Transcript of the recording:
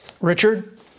Richard